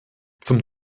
zum